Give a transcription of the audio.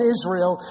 Israel